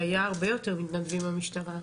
היה הרבה יותר מתנדבים במשטרה,